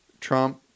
Trump